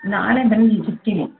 ನಾಳೆ ಬನ್ನಿ ಸಿಗ್ತೀನಿ